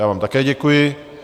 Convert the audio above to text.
Já vám také děkuji.